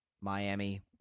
Miami